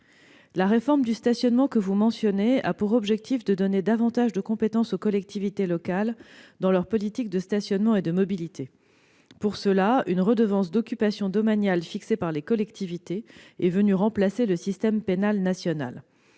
La réforme du stationnement que vous mentionnez a pour objectif de donner davantage de compétences aux collectivités locales dans leur politique de stationnement et de mobilité. Pour cela, une redevance d'occupation domaniale fixée par les collectivités est venue remplacer le système pénal national.